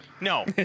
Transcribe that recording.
No